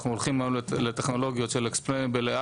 אנחנו הולכים היום לטכנולוגיות של Explainable AI